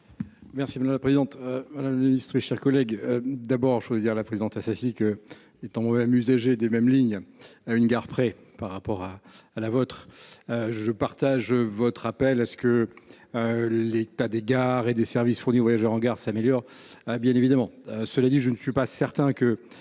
Merci madame la présidente, voilà le ministre, chers collègues, d'abord je voudrais dire la présente à ceci que temps même usager des mêmes ligne à une gare près par rapport à à la vôtre, je partage votre appel à ce que l'état des gares et des services fournis aux voyageurs en gare s'améliore, bien évidemment, cela dit, je ne suis pas certain que